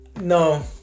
No